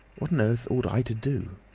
what on earth ought i to do?